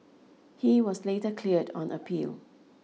he was later cleared on appeal